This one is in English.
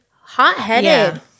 hot-headed